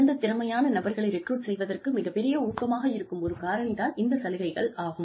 சிறந்த திறமையான நபர்களை ரெக்ரூட் செய்வதற்கு மிகப்பெரிய ஊக்கமாக இருக்கும் ஒரு காரணி தான் இந்த சலுகைகள் ஆகும்